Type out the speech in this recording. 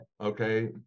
okay